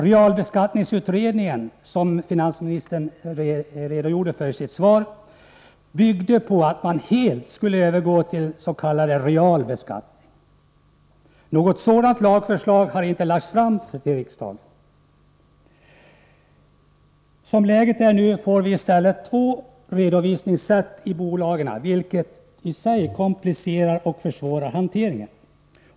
Realbeskattningsutredningen, som finansministern har refererat till i sitt svar, byggde på att man helt skulle övergå till s.k. real beskattning. Något sådant lagförslag har emellertid inte lagts fram för riksdagen. Som läget är nu får vi i stället två redovisningssystem i bolagen, vilket i sig komplicerar och försvårar hanteringen.